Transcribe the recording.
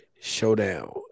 showdown